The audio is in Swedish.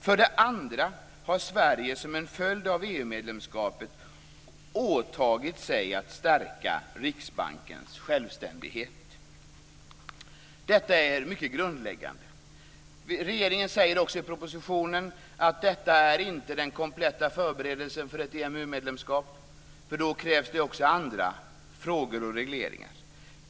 För det andra har Sverige som en följd av EU medlemskapet åtagit sig att stärka Riksbankens självständighet. Detta är mycket grundläggande. Regeringen säger också i propositionen att detta inte är den kompletta förberedelsen för ett EMU-medlemskap, eftersom det då också krävs andra regleringar.